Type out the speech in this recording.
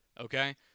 Okay